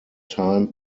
time